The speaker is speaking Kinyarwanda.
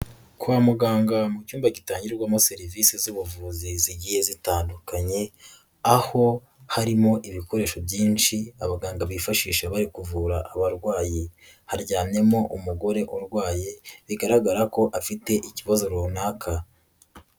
Kwa muganga mu cyumba gitangirwamo serivisi z'ubuvuzi zigiye zitandukanye aho harimo ibikoresho byinshi abaganga bifashisha bari kuvura abarwayi, haryamyemo umugore urwaye bigaragara ko afite ikibazo runaka.